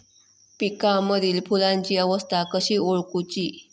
पिकांमदिल फुलांची अवस्था कशी ओळखुची?